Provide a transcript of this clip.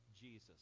jesus